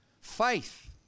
Faith